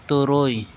ᱛᱩᱨᱩᱭ